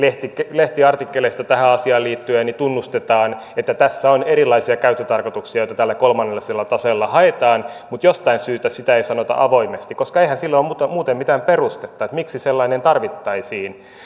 lehtiartikkeleissa tähän asiaan liittyen tunnustetaan että tässä on erilaisia käyttötarkoituksia joita tällä kolmannella taseella haetaan mutta jostain syystä sitä ei sanota avoimesti koska eihän sille ole muuten mitään perustetta miksi sellainen tarvittaisiin